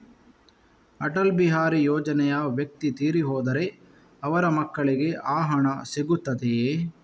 ಅಟಲ್ ಬಿಹಾರಿ ಯೋಜನೆಯ ವ್ಯಕ್ತಿ ತೀರಿ ಹೋದರೆ ಅವರ ಮಕ್ಕಳಿಗೆ ಆ ಹಣ ಸಿಗುತ್ತದೆಯೇ?